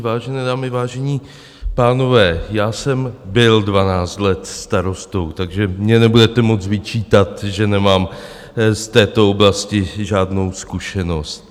Vážené dámy, vážení pánové, já jsem byl dvanáct let starostou, takže mně nebudete moct vyčítat, že nemám z této oblasti žádnou zkušenost.